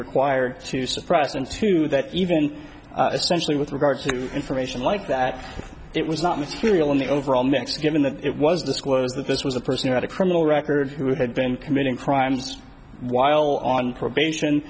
required to suppress and to that even essentially with regard to information like that it was not material in the overall mix given that it was disclosed that this was a person who had a criminal record who had been committing crimes while on probation